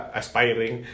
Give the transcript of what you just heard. aspiring